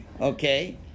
Okay